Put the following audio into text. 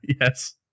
yes